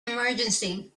emergency